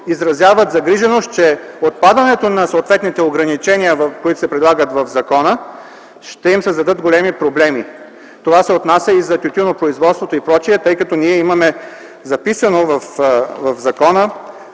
изразяват загриженост за това, че отпадането на съответните ограничения, които се предлагат в закона, ще им създадат големи проблеми. Това се отнася и за тютюнопроизводството и пр., тъй като ние имаме